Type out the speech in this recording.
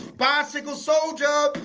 bicycle soldier